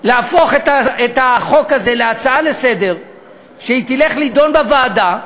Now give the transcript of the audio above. להפוך את החוק הזה להצעה לסדר-היום שתידון בוועדה.